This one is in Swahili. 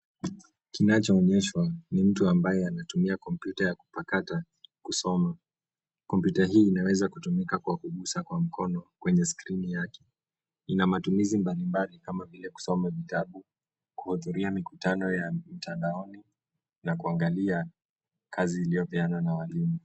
Mtu aliyeonekana ni anayetumia kompyuta ya mezani kwa mikono yake kuperuzi au kusoma kwenye skrini. Kompyuta hiyo inaonekana kutumika kwa shughuli mbalimbali, kama kusoma, kuhudhuria mikutano ya mtandaoni, na kuangalia kazi zilizopeanwa na walimu.